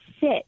sit